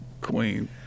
Queen